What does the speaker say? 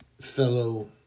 fellow